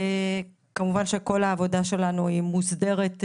כמובן שכל העבודה שלנו מוסדרת בנהלים.